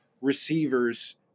receivers